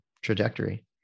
trajectory